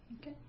Okay